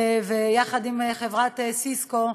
ויחד עם חברת "סיסקו"